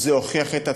זה הוכיח את עצמו.